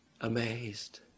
amazed